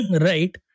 right